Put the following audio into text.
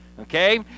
okay